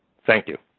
thank you.